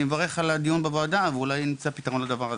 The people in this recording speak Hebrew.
אני מברך על הדיון בוועדה ואולי נמצא פתרון לבעיה.